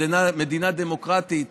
מדינה דמוקרטית.